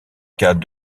cas